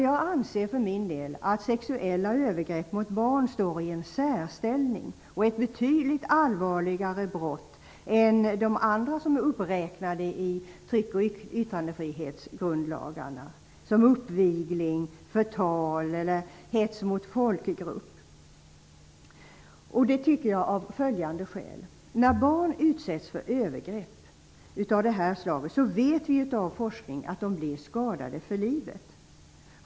Jag anser för min del att sexuella övergrepp mot barn står i en särställning och är ett betydligt allvarligare brott än de andra som är uppräknade i tryck och yttrandefrihetsgrundlagarna, som uppvigling, förtal eller hets mot folkgrupp. Det tycker jag av följande skäl: När barn utsätts för övergrepp av det här slaget vet vi genom forskning att de blir skadade för livet.